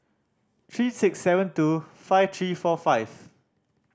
three six seven two five three four five